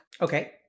Okay